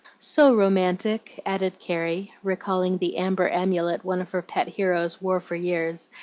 so romantic! added carrie, recalling the amber amulet one of her pet heroes wore for years,